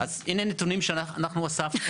אז הנה נתונים שאנחנו אספנו.